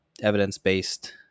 evidence-based